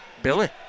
Billy